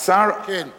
כן.